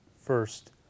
First